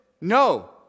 No